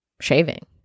shaving